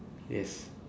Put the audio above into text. yes